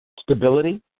stability